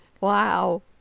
Wow